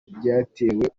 byatewe